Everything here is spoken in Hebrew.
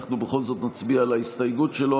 אנחנו בכל זאת נצביע על ההסתייגות שלו.